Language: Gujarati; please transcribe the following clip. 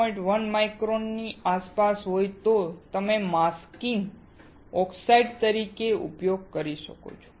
1 માઇક્રોમીટર ની આસપાસ હોય તો તમે માસ્કિંગ ઓક્સાઇડ તરીકે ઉપયોગ કરી શકો છો